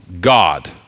God